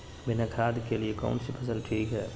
बिना खाद के लिए कौन सी फसल ठीक है?